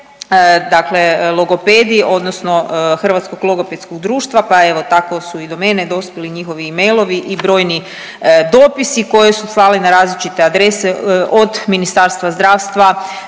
dakle logopedi odnosno Hrvatsko logopedskog društva pa evo tako su i do mene dospjeli njihovi mailovi i brojni dopisi koje su slali na različite adrese od Ministarstva zdravstva